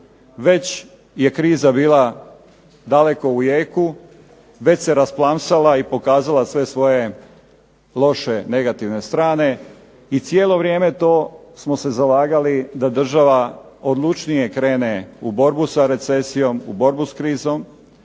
već je kriza bila daleko u jeku, već se rasplamsala i pokazala sve svoje loše negativne strane i cijelo vrijeme to smo se zalagali da država odlučnije krene u borbu sa recesijom, u borbu s krizom